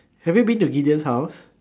have you been to Gideon's house